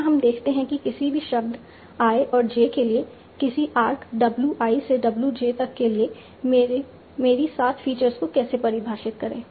यहाँ हम देखते हैं कि किसी भी शब्द i और j के लिए किसी आर्क W i से W j तक के लिए मेरी 7 फीचर्स को कैसे परिभाषित करें